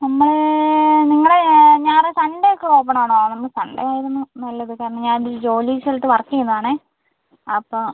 നമ്മൾ നിങ്ങൾ ഞായർ സൺഡേ ഒക്കെ ഓപ്പൺ ആണോ നമുക്ക് സൺഡേ ആയിരുന്നു നല്ലത് കാരണം ഞാൻ ഒരു ജോലി സ്ഥലത്ത് വർക്ക് ചെയ്യുന്നതാണേ അപ്പം